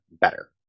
better